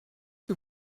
que